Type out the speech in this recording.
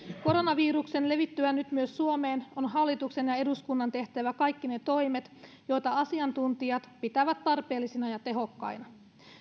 koronaviruksen levittyä nyt myös suomeen on hallituksen ja eduskunnan tehtävä kaikki ne toimet joita asiantuntijat pitävät tarpeellisina ja tehokkaina